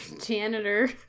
janitor